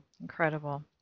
Incredible